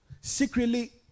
Secretly